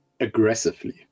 aggressively